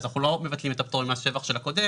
אנחנו לא מבטלים את הפטור ממס שבח של הקודם,